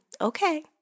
okay